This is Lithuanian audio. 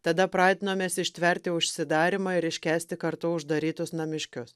tada pratinomės ištverti užsidarymą ir iškęsti kartu uždarytus namiškius